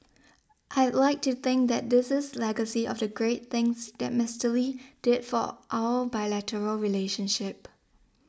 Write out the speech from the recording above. I'd like to think that this is legacy of the great things that Mister Lee did for our bilateral relationship